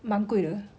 蛮贵的